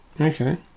Okay